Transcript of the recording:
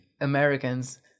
Americans